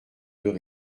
deux